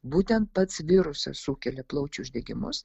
būtent pats virusas sukelia plaučių uždegimus